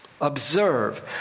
observe